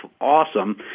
awesome